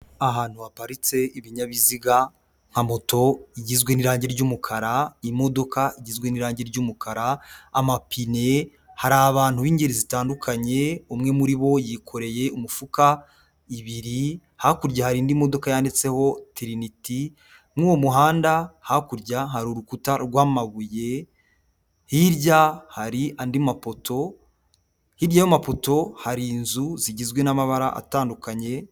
Ahantu haparitse ibinyabiziga nka moto igizwe n'irangi ry'umukara, imodoka igizwe n'irangi ry'umukara, amapine, hari abantu b'ingeri zitandukanye, umwe muri bo yikoreye umufuka ibiri, hakurya hari indi modoka yanditseho tiriniti, mu uwo muhanda hakurya hari urukuta rw'amabuye, hirya hari andi mapoto, hirya y'ayo mapoto hari inzu zigizwe n'amabara atandukanye.